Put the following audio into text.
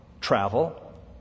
travel